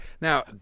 Now